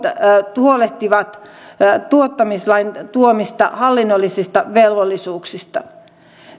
huolehtivat tuottamislain tuomista hallinnollisista velvollisuuksista